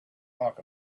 talk